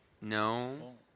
no